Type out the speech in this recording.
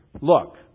look